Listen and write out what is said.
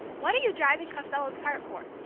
what are you driving costello's cart for?